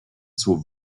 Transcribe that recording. zur